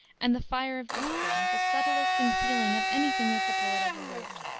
and the fire of driftwood, the subtlest in feeling of any thing that the poet ever wrote.